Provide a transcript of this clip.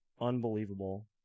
unbelievable